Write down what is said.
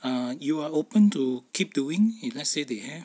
err you are open to keep doing if let's say they have